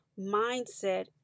mindset